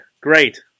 great